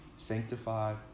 sanctified